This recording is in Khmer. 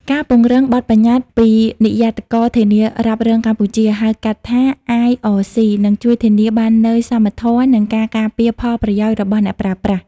ការពង្រឹងបទប្បញ្ញត្តិពីនិយ័តករធានារ៉ាប់រងកម្ពុជា (ហៅកាត់ថា IRC) នឹងជួយធានាបាននូវសមធម៌ និងការការពារផលប្រយោជន៍របស់អ្នកប្រើប្រាស់។